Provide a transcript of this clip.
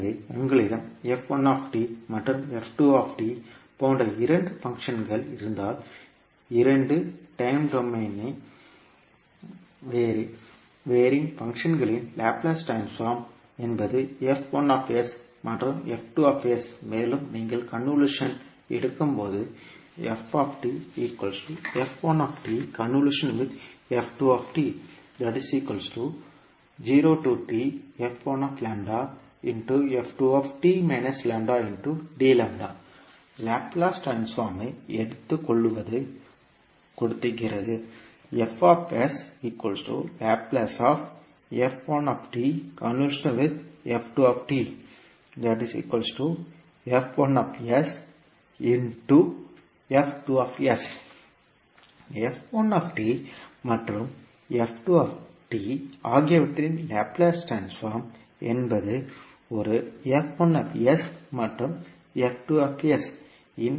எனவே உங்களிடம் மற்றும் போன்ற இரண்டு ஃபங்ஷன்கள் இருந்தால் இரண்டு டைம் வேரின் ஃபங்ஷன்களின் லாப்லேஸ் ட்ரான்ஸ்போர்ம் என்பது மற்றும் மேலும் நீங்கள் கன்வொல்யூஷன் எடுக்கும்போது லாப்லேஸ் ட்ரான்ஸ்போர்ம்மை எடுத்துக்கொள்வது கொடுக்கிறது மற்றும் ஆகியவற்றின் லாப்லேஸ் ட்ரான்ஸ்போர்ம் என்பது ஒரு மற்றும் இன் எளிய மல்டிப்ளிகேஷன் ஆகும்